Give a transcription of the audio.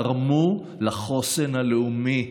תרמו לחוסן הלאומי,